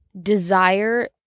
desire